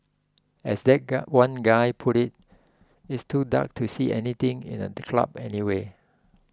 as that guy one guy put it it's too dark to see anything in a the club anyway